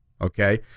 Okay